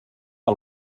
que